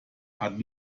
hat